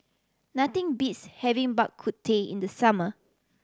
nothing beats having Bak Kut Teh in the summer